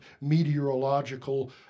meteorological